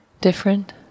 different